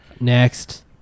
Next